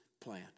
plan